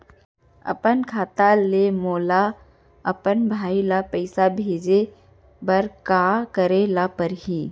अपन खाता ले मोला अपन भाई ल पइसा भेजे बर का करे ल परही?